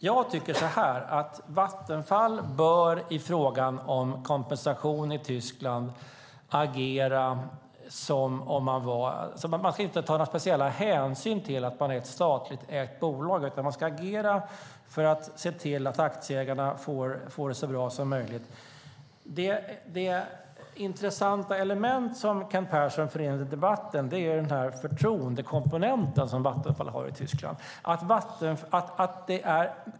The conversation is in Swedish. Jag tycker så här: Vattenfall bör i frågan om kompensation i Tyskland agera utan att ta några speciella hänsyn till att det är ett statligt ägt bolag. Man ska agera för att se till att aktieägarna får det så bra som möjligt. Det intressanta element som Kent Persson för in i debatten är det förtroende som Vattenfall har i Tyskland.